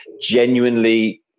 genuinely